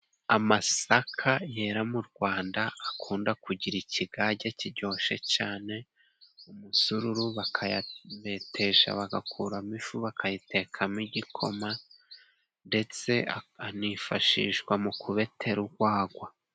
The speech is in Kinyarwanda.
Amasaka yera mu Rwanda akunda kugira ikigage kiryoshye cane umusururu, bakayabetesha bagakuramo ifu bakayitekamo igikoma, ndetse anifashishwa mu kubetera ugwagwa.